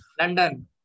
London